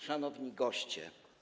Szanowni Goście!